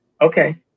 okay